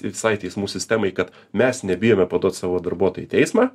visai teismų sistemai kad mes nebijome paduot savo darbuotojo į teismą